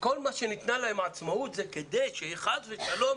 כל העצמאות שניתנה להם זה כדי שחס ושלום